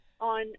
on